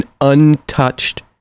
untouched